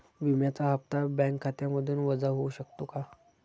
विम्याचा हप्ता बँक खात्यामधून वजा होऊ शकतो का?